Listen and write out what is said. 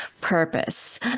purpose